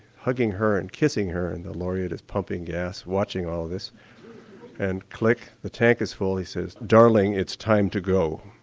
hugging her and kissing her and the laureate is pumping gas watching all this and click, the tank is full and he says, darling, it's time to go.